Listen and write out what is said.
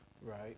right